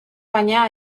baina